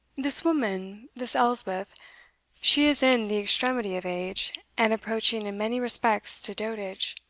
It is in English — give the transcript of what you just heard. this woman this elspeth she is in the extremity of age, and approaching in many respects to dotage.